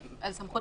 כאמור,